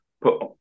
put